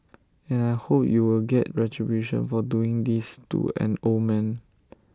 and I hope U will get retribution for doing this to an old man